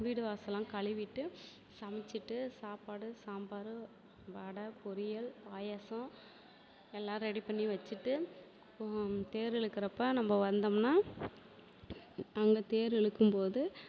வீடு வாசலெலாம் கழுவிவிட்டு சமைச்சிட்டு சாப்பாடு சாம்பார் வடை பொரியல் பாயசம் எல்லாம் ரெடி பண்ணி வச்சுட்டு தேர் இழுக்குறப்போ நாம்ப வந்தோம்னால் அங்கே தேர் இழுக்கும்போது